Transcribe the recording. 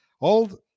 old